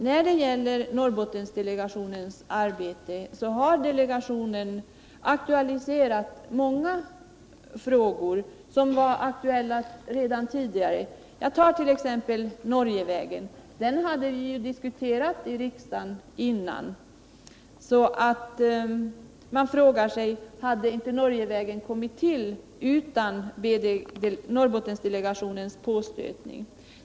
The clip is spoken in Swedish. När det gäller Norrbottendelegationens arbete vill jag säga att den delegationen har aktualiserat många frågor som varit aktuella redan tidigare. Jag tar som exempel Norgevägen. Den hade vi diskuterat i riksdagen redan dessförinnan, varför man kan fråga sig, om inte Norgevägen hade tillkommit även utan Norrbottendelegationens påstötning.